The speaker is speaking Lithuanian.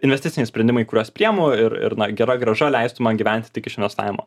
investiciniai sprendimai kuriuos priemu ir ir na gera grąža leistų man gyventi tik iš investavimo